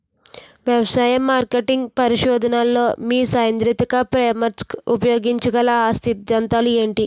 వ్యవసాయ మార్కెటింగ్ పరిశోధనలో మీ సైదాంతిక ఫ్రేమ్వర్క్ ఉపయోగించగల అ సిద్ధాంతాలు ఏంటి?